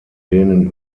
denen